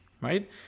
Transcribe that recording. right